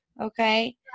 Okay